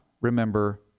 remember